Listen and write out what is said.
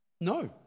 no